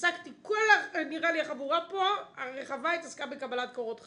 נראה לי שכל החבורה הרחבה פה התעסקה בקבלת קורות חיים.